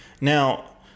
Now